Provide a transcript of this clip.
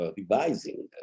revising